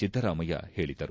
ಸಿದ್ದರಾಮಯ್ಯ ಹೇಳಿದರು